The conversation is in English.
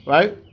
Right